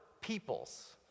peoples